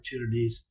opportunities